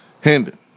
Hendon